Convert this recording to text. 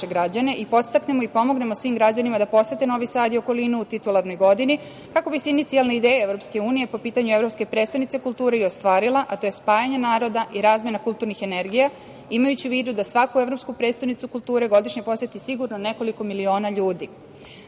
i podstaknemo i pomognemo svim građanima da posete Novi Sad i okolinu u titularnoj godini, kako bi se inicijalna ideja EU po pitanju „Evropske prestonice kulture“ i ostvarila, a to je spajanje naroda i razmena kulturnih energija, imajući u vidu da svaku „Evropsku prestonicu kulture“ godišnje poseti sigurno nekoliko miliona